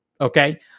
Okay